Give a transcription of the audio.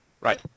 Right